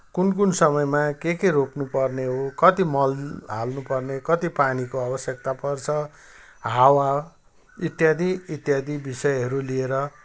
कुन कुन समयमा के के रोप्नुपर्ने हो कति मल हाल्नुपर्ने कति पानीको आवश्यकता पर्छ हावा इत्यादि इत्यादि विषयहरू लिएर